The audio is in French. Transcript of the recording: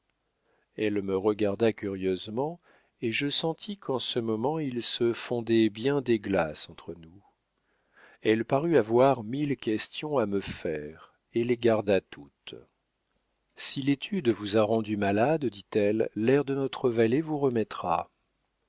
elle me regarda curieusement et je sentis qu'en ce moment il se fondait bien des glaces entre nous elle parut avoir mille questions à me faire et les garda toutes si l'étude vous a rendu malade dit-elle l'air de notre vallée vous remettra